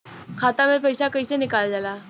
खाता से पैसा कइसे निकालल जाला?